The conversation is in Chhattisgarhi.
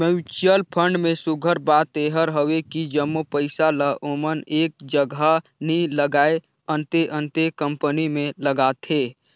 म्युचुअल फंड में सुग्घर बात एहर हवे कि जम्मो पइसा ल ओमन एक जगहा नी लगाएं, अन्ते अन्ते कंपनी में लगाथें